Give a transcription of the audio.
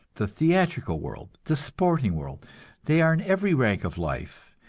the theatrical world, the sporting world they are in every rank of life,